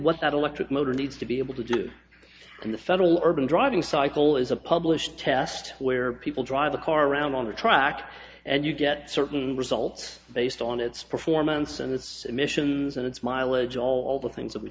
what that electric motor needs to be able to do in the federal urban driving cycle is a published test where people drive the car around on a track and you get certain results based on its performance and its emissions and its mileage all the things that we